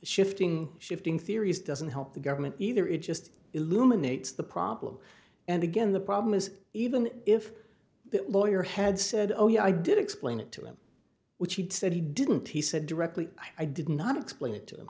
shifting shifting theories doesn't help the government either it just illuminates the problem and again the problem is even if that lawyer had said oh yeah i did explain it to him which he said he didn't he said directly i did not explain it to him